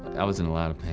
i was in a lot